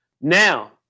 now